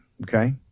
okay